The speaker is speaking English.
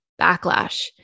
backlash